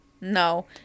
No